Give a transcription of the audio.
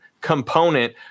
component